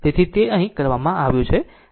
તેથી તે અહીં કરવામાં આવ્યું છે